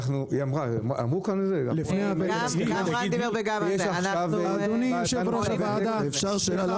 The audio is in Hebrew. גם להדביק את היצע השירות,